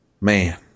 man